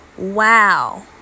Wow